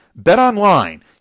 BetOnline